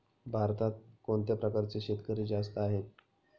भारतात कोणत्या प्रकारचे शेतकरी जास्त आहेत?